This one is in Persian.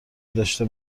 داشته